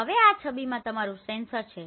હવે આ છબીમાં આ તમારું સેન્સર છે